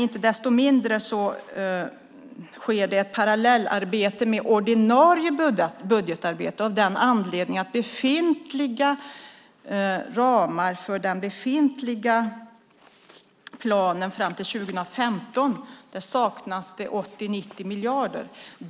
Inte desto mindre sker det ett parallellarbete med ordinarie budgetarbete eftersom det i ramarna för den befintliga planen fram till 2015 saknas 80-90 miljarder.